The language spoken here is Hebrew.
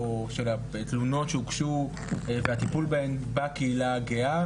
או של התלונות שהוגשו והטיפול בהם בקהילה הגאה,